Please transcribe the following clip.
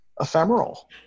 ephemeral